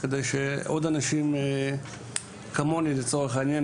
כדי שעוד אנשים כמוני לצורך העניין,